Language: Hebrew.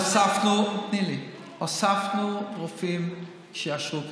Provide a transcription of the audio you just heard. הוספנו רופאים שיאשרו קנביס.